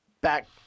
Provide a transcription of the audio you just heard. back